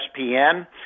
ESPN